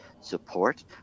support